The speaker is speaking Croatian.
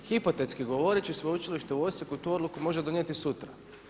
Hipotetski govorit ću Sveučilište u Osijeku tu odluku može donijeti sutra.